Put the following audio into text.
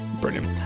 Brilliant